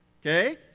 Okay